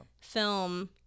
film